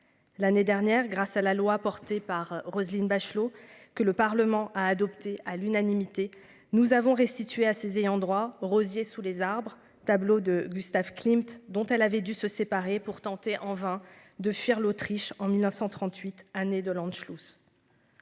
L'année dernière grâce à la loi portée par Roselyne Bachelot, que le Parlement a adopté à l'unanimité nous avons restitué à ses ayants droit rosier sous les arbres tableaux de Gustav Klimt dont elle avait dû se séparer pour tenter en vain de fuir l'Autriche en 1938 années de l'Anschluss.